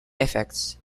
efforts